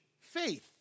faith